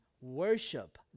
Worship